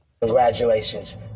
Congratulations